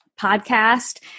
podcast